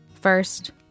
First